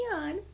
on